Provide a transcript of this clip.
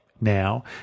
now